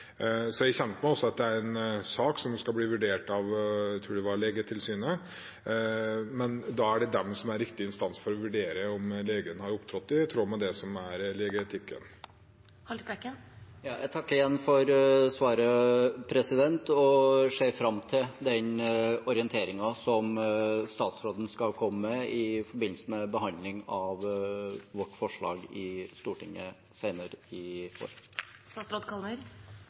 Jeg er også kjent med at dette er en sak som skal bli vurdert av Legeforeningen. Da er det de som er riktig instans for å vurdere om legen har opptrådt i tråd med legeetikken. Jeg takker igjen for svaret og ser fram til den orienteringen som statsråden skal komme med i forbindelse med behandlingen av vårt forslag i Stortinget senere i